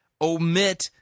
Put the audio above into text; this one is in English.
omit